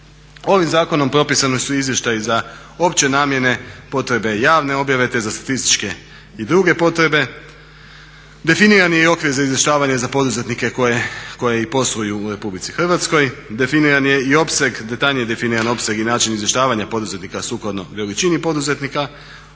Ovim zakonom propisani su izvještaji za opće namjene, potrebe javne objave te za statističke i druge potrebe. Definiran je i okvir za izvještavanje za poduzetnike koji i posluju u RH. Definiran je i opseg detaljnije i način izvještavanja poduzetnika sukladno veličini poduzetnika.